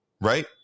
right